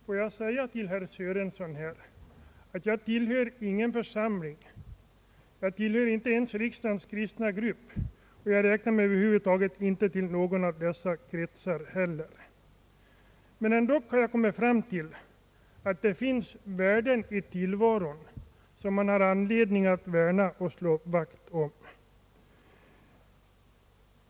Jag vill säga till herr Sörenson att jag inte tillhör någon frikyrkoförsamling — jag tillhör inte ens riksdagens kristna grupp — och jag räknar mig över huvud taget inte till någon av dessa kretsar heller. Men jag har ändå kommit fram till att det finns värden i tillvaron som det är anledning att värna och slå vakt om.